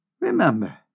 Remember